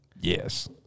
Yes